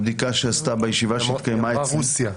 נאמר רוסיה.